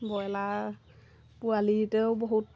broiler পোৱালিতেও বহুত